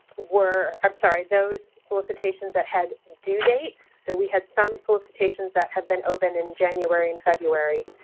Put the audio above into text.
were i'm sorry, those solicitations that had due dates, so we had some solicitations that have been open in january and february.